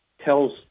tells